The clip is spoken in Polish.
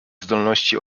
zdolności